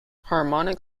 harmonic